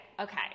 Okay